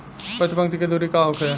प्रति पंक्ति के दूरी का होखे?